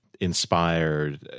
inspired